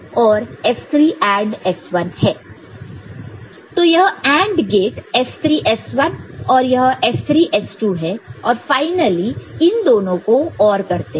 तो यह AND gate S3 S1 और यह S3 S2 है और फाइनली इन दोनों को OR करते हैं